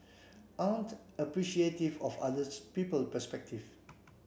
aren't appreciative of other people perspective